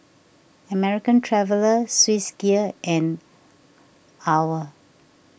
American Traveller Swissgear and Owl